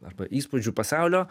arba įspūdžių pasaulio